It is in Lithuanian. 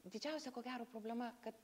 didžiausia ko gero problema kad